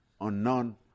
unknown